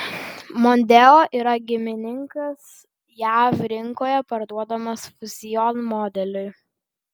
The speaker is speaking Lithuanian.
mondeo yra giminingas jav rinkoje parduodamam fusion modeliui